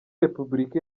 repubulika